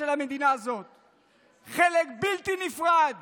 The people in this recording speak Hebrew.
בלתי נפרד